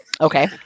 Okay